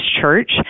church